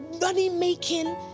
money-making